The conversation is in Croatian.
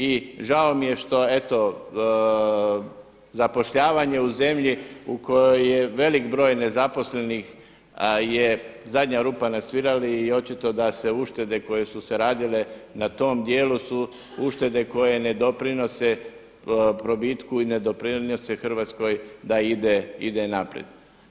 I žao mi je što zapošljavanje u zemlji u kojoj je velik broj nezaposlenih je zadnja rupa na svirali i očito da se uštede koje su se radile na tom dijelu su uštede koje ne doprinose probitku i ne doprinose Hrvatskoj da ide naprijed.